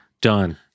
Done